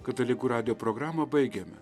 katalikų radijo programą baigėme